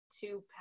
two